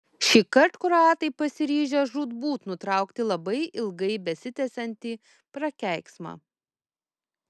šįkart kroatai pasiryžę žūtbūt nutraukti labai ilgai besitęsiantį prakeiksmą